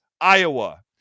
Iowa